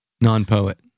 Non-poet